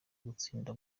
gutsinda